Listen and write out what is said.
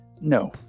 No